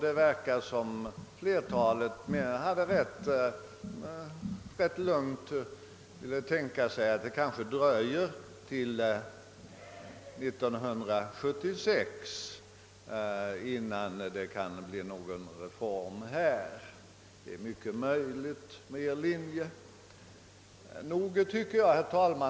Det verkar som om flertalet med lugn accepterar att det kanske dröjer till 1976 innan vi får nästa reform genomförd på detta område. Det är mycket möj-. ligt att det dröjer så länge med majoritetens linje.